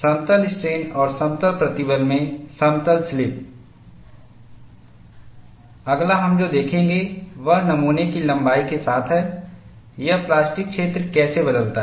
समतल स्ट्रेन और समतल प्रतिबल में समतल स्लिप अगला हम जो देखेंगे वह नमूने की लंबाई के साथ है यह प्लास्टिक क्षेत्र कैसे बदलता है